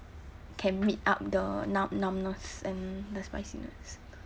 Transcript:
can meet up the numb numbness and the spiciness